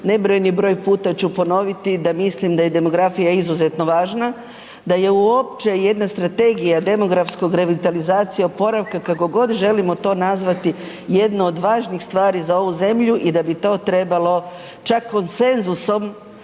nebrojeni broj puta ću ponoviti da mislim da je demografija izuzetno važna, da je uopće jedna strategija demografskog revitalizacija oporavka kako god želimo to nazvati jedna od važnih stvari za ovu zemlju i da bi to trebalo čak konsenzusom,